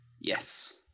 Yes